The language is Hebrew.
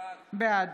בעד